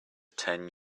ten